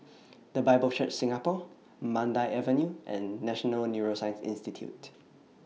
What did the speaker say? The Bible Church Singapore Mandai Avenue and National Neuroscience Institute